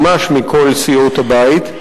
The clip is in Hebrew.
ממש מכל סיעות הבית,